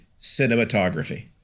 cinematography